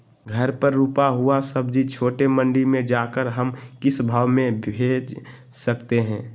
घर पर रूपा हुआ सब्जी छोटे मंडी में जाकर हम किस भाव में भेज सकते हैं?